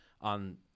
on